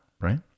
right